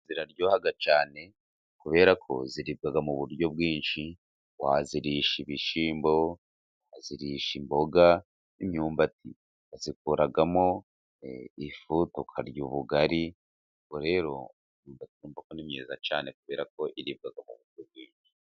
Imyumbati iraryoha cyane, kubera ko iribwa mu buryo bwinshi. Wayirisha ibishyimbo, wayirisha imboga, imyumbati bayikuramo ifu tukarya ubugari. Ubwo rero imyumbati urumva ko ni myiza cyane kubera ko iribwa mu buryo bwinshi.